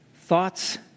Thoughts